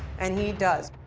and he does.